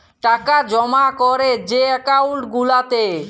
টাকা জমা ক্যরে যে একাউল্ট গুলাতে